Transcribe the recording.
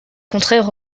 contraire